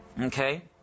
Okay